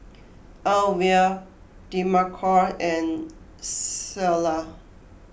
Alvia Demarco and Clella